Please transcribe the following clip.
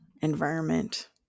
environment